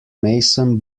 mason